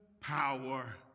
power